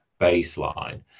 baseline